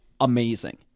amazing